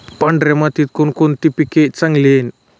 पांढऱ्या मातीत कोणकोणते पीक चांगले येईल?